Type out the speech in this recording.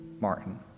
Martin